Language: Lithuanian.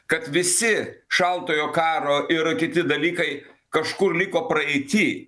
kad visi šaltojo karo ir kiti dalykai kažkur liko praeity